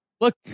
Look